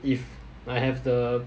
if I have the